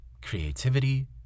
creativity